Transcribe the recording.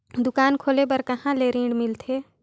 दुकान खोले बार कहा ले ऋण मिलथे?